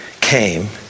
came